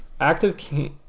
Active